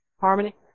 Harmony